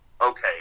okay